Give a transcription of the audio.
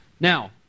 Now